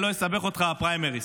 אני לא אסבך אותך, הפריימריז.